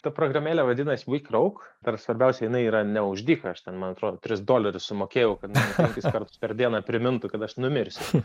ta programėlė vadinasi vyk rauk ir svarbiausia jinai yra ne už dyką aš ten man atrodo tris dolerius sumokėjau kad man penkis kartus per dieną primintų kad aš numirsiu